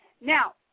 now